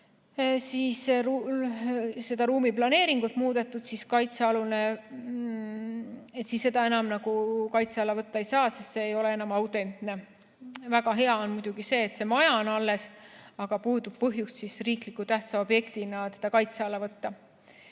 ja sellega ruumiplaneeringut muudetud, siis seda enam kaitse alla võtta ei saa, sest see ei ole enam autentne. Väga hea on muidugi see, et see maja on alles, aga puudub põhjus seda riiklikult tähtsa objektina kaitse alla võtta.